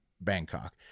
bangkok